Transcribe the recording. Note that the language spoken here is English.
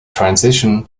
transition